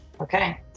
Okay